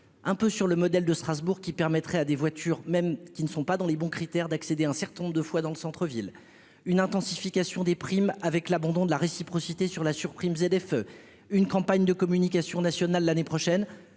un peu sur le modèle de Strasbourg qui permettrait à des voitures même qui ne sont pas dans les bons critères d'accéder à un certain nombre de fois dans le centre-ville, une intensification des primes avec l'abandon de la réciprocité sur la surprime ZF, une campagne de communication nationale l'année prochaine,